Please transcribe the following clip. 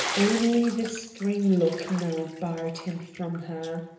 only the spring lock now barred him from her.